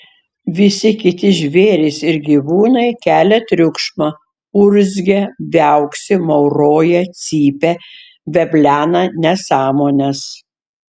visi kiti žvėrys ir gyvūnai kelia triukšmą urzgia viauksi mauroja cypia veblena nesąmones